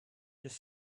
just